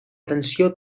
tensió